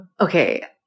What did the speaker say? Okay